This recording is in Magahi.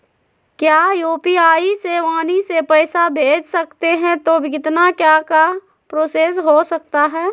क्या यू.पी.आई से वाणी से पैसा भेज सकते हैं तो कितना क्या क्या प्रोसेस हो सकता है?